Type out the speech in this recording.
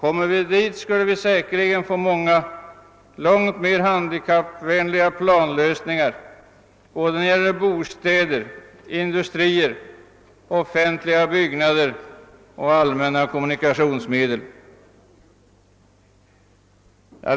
Om vi kan komma dithän får vi säkerligen långt fler handikappvänliga planlösningar såväl när det gäller bostäder och industrier som offentliga byggnader och allmänna kommunikationsmedel.